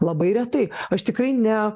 labai retai aš tikrai ne